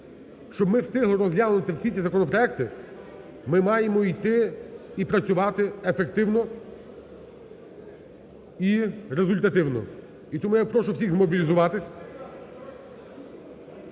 Щоб ми встигли розглянути всі ці законопроекти, ми маємо йти і працювати ефективно і результативно. І тому я прошу всіх змобілізуватись,